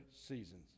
seasons